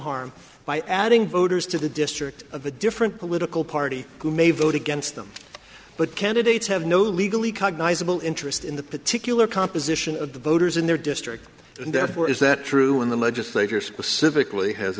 harm by adding voters to the district of a different political party who may vote against them but candidates have no legally cognizable interest in the particular composition of the voters in their district and therefore is that true in the legislature specifically has